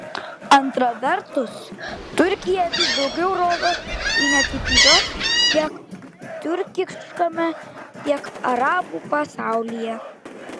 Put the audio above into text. antra vertus turkija vis daugiau rodo iniciatyvos tiek tiurkiškajame tiek arabų pasaulyje